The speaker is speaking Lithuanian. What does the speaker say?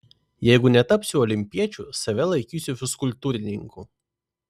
jeigu netapsiu olimpiečiu save laikysiu fizkultūrininku